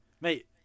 Mate